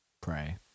pray